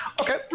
Okay